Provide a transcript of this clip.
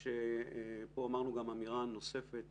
פה אמרנו גם אמירה נוספת,